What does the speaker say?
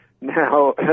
now